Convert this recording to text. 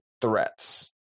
threats